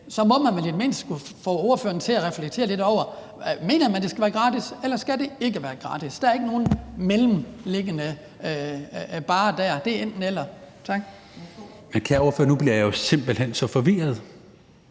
Så må man vel i det mindste kunne få ordføreren til at reflektere lidt over, om man mener, det skal være gratis, eller om det ikke skal være gratis. Der er ikke nogen mellemliggende barrer der. Det er enten-eller. Kl. 12:15 Anden næstformand (Pia Kjærsgaard): Værsgo.